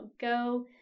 go